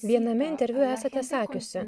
viename interviu esate sakiusi